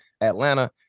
Atlanta